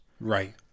right